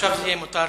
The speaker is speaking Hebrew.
עכשיו זה יהיה מותר.